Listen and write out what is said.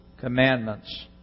commandments